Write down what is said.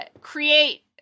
create